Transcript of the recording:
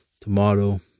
tomorrow